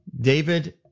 David